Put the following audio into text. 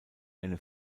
eine